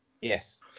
Yes